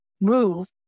move